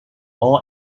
all